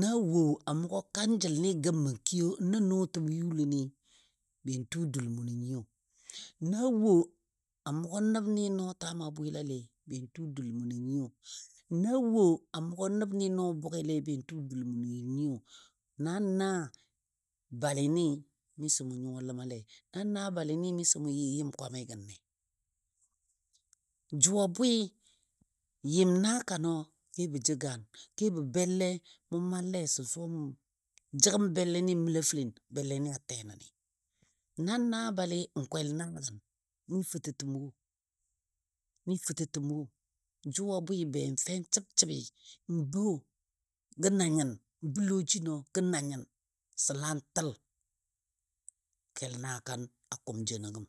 na wo a mʊgɔ kanjəl ni gəm mə kiyo nə nɔɔtəm yʊləni, ben tu dulmʊno nyiyo, na wo a mʊgɔ bəbni nɔo tama bwela lei be tu dul mʊno nyiyo, na wo a mʊgɔ nəbni nɔɔ bʊge lei ben tu dulmʊno nyiyo. Nan naa balɨnɨ miso mʊ nyuwa ləmale, nan naa balɨni miso mʊ yɨ yɨm kwamigənle. Jʊ a bwɨ yɨm naakanɔ kəbɔ belle mʊ mallei sən suwa mʊn jəgəm belle ni məla fəlen belle ni a tenəni, nan naa balɨ n kwel naa gən mi fətəm wo, mi fətəm wo jʊ a bwi ben fe səb səbi n bou gəna nyin, n bou lɔ jino gəna nyin səlan təl kel naakan a kʊm jino gəm.